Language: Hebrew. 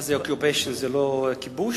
מה זה, occupation זה לא כיבוש?